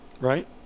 right